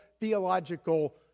theological